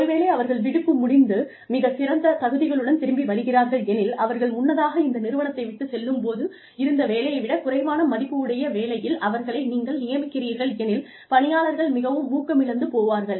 ஒருவேளை அவர்கள் விடுப்பு முடிந்து மிகச்சிறந்த தகுதிகளுடன் திரும்பி வருகிறார்கள் எனில் அவர்கள் முன்னதாக இந்த நிறுவனத்தை விட்டுச் செல்லும் போது இருந்த வேலையை விடக் குறைவான மதிப்பு உடைய வேலையில் அவர்களை நீங்கள் நியமிக்கிறீர்கள் எனில் பணியாளர்கள் மிகவும் ஊக்கமிழந்து போவார்கள்